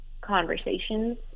conversations